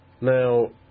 Now